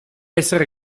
essere